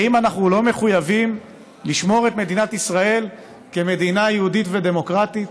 האם אנחנו לא מחויבים לשמור את מדינת ישראל כמדינה יהודית ודמוקרטית,